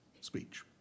speech